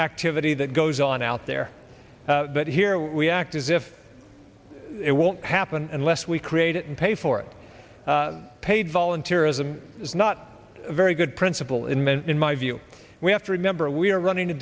activity that goes on out there but here we act as if it won't happen unless we create it and pay for it paid volunteerism is not a very good principle in men in my view we have to remember we are running